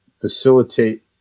facilitate